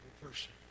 person